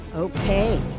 Okay